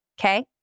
okay